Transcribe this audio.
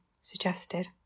suggested